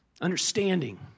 understanding